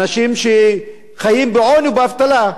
אנשים שחיים בעוני ובאבטלה.